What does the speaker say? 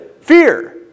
fear